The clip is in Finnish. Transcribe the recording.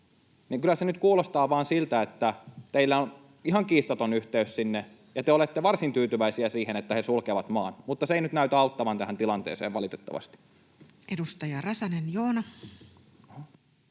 Eli kyllä se nyt vaan kuulostaa siltä, että teillä on ihan kiistaton yhteys sinne ja te olette varsin tyytyväisiä siihen, että he sulkevat maan, mutta se ei nyt näytä auttavan tähän tilanteeseen valitettavasti. [Speech 345]